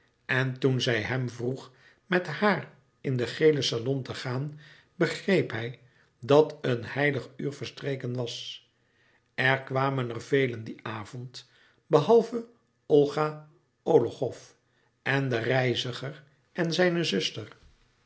metamorfoze toen zij hem vroeg met haar in den gelen salon te gaan begreep hij dat een heilig uur verstreken was er kwamen er velen dien avond behalve olga ologhow en den reiziger en zijne zuster